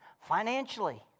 financially